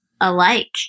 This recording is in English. alike